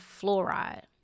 fluoride